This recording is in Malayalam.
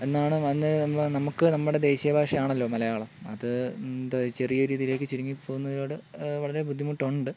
എന്നാണ് വന്ന് നമുക്ക് നമ്മുടെ ദേശീയ ഭാഷയാണല്ലോ മലയാളം അത് എന്താണ് ചെറിയ രീതിയിലേക്ക് ചുരുങ്ങി പോകുന്നതിനോട് വളരെ ബുദ്ധിമുട്ടുണ്ട്